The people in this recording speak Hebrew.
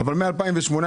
מאז 2018,